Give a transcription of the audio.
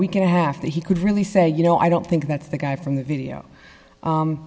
week and a half that he could really say you know i don't think that's the guy from the video